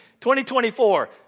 2024